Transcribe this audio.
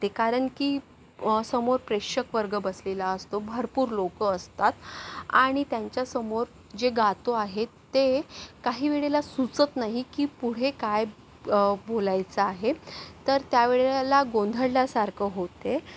कारण की समोर प्रेक्षकवर्ग बसलेला असतो भरपूर लोक असतात आणि त्यांच्यासमोर जे गातो आहेत ते काही वेळेला सुचत नाही की पुढे काय ब बोलायचं आहे तर त्यावेळेला गोंधळल्यासारखं होते